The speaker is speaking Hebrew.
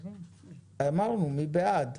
מי בעד?